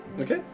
Okay